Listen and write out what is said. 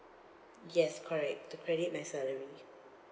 yes correct to credit my salary